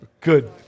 Good